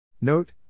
Note